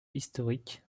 historique